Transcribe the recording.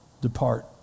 depart